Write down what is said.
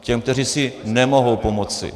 Těm, kteří si nemohou pomoci.